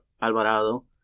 Alvarado